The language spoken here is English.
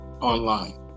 online